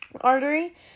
artery